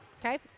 Okay